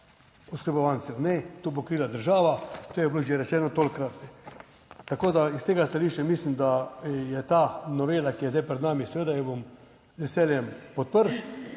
oskrbovancev. Ne, to bo krila država, to je bilo že rečeno tolikokrat, tako, da iz tega stališča, mislim, da je ta novela, ki je zdaj pred nami, seveda jo bom z veseljem podprl.